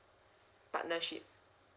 partnership